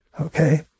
Okay